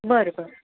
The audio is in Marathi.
बरं बरं